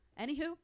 Anywho